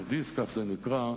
שידע.